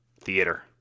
theater